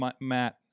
Matt